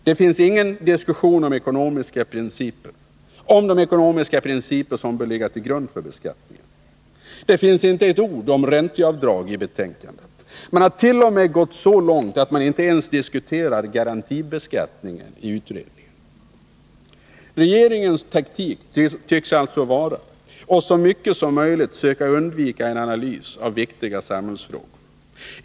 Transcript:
Det finns ingen diskussion om de ekonomiska principer som bör ligga till grund för beskattningen. Det finns inte ett ord om ränteavdrag i betänkandet. Man hart.o.m. gått så långt att man inte ens diskuterar garantibeskattningen i utredningen. Regeringens taktik tycks vara att så mycket som möjligt söka undvika en analys av viktiga samhällsfrågor.